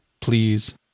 please